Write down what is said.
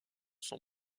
son